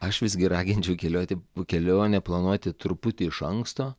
aš visgi raginčiau keliuoti kelionę planuoti truputį iš anksto